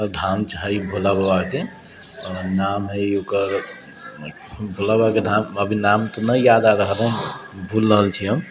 धाम छै भोला बाबाके नाम है ओकर भोला बाबाके धाम अभी नाम तऽ नहि ध्यान आ रहल है भूल रहल छी हम